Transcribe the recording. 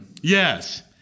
Yes